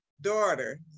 daughter